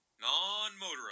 non-motorized